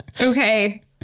Okay